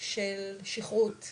של שכרות.